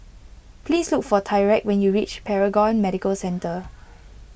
please look for Tyreke when you reach Paragon Medical Centre